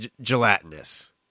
Gelatinous